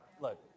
Look